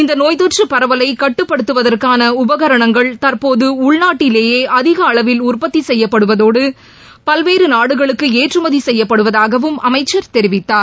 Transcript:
இந்த நோய் தொற்று பரவலை கட்டுப்படுத்துவதற்கான உபகரணங்கள் தற்போது உள்நாட்டிலேயே அளவில் உற்பத்தி செய்யப்படுவதோடு அதிக செய்யப்படுவதாகவும் அமைச்சர் தெரிவித்தார்